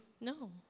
No